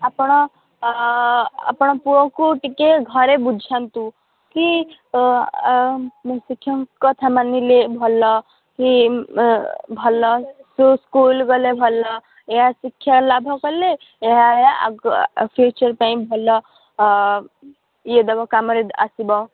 ଆପଣ ଆପଣ ପୁଅକୁ ଟିକେ ଘରେ ବୁଝାନ୍ତୁ କି ଶିକ୍ଷଙ୍କ କଥା ମାନିଲେ ଭଲ କି ଭଲ ସିଏ ସ୍କୁଲ୍ ଗଲେ ଭଲ ଏହା ଶିକ୍ଷା ଲାଭ କଲେ ଏହା ଏହା ଆଗ ଫ୍ୟୁଚର୍ ପାଇଁ ଭଲ ଇଏ ଦେବ କାମରେ ଆସିବ